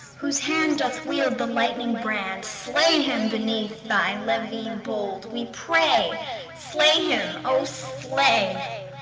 whose hand doth wield the lightning brand, slay him beneath thy levin bold, we pray, slay him, o slay!